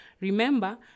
remember